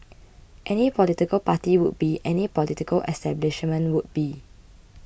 any political party would be any political establishment would be